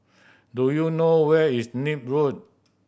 do you know where is Nim Road